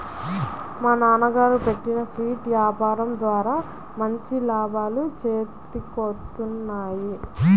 మా నాన్నగారు పెట్టిన స్వీట్ల యాపారం ద్వారా మంచి లాభాలు చేతికొత్తన్నాయి